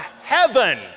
heaven